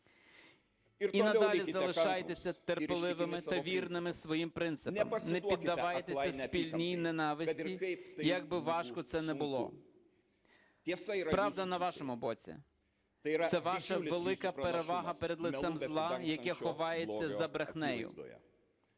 І надалі залишайтеся терпеливими та вірними своїм принципам, не піддавайтеся спільній ненависті, як би важко це не було. Правда на вашому боці – це ваша велика перевага перед лицем зла, яке ховається за брехнею.